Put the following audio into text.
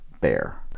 bear